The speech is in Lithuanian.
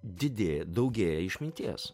didėja daugėja išminties